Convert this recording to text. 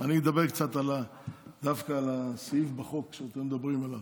אני אדבר דווקא על הסעיף בחוק שאתם מדברים עליו,